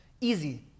easy